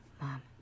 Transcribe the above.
mom